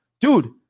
dude